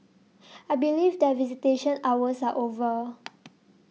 I believe that visitation hours are over